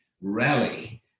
rally